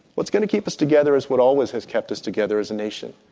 what's going to keep us together is what always has kept us together as a nation,